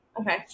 Okay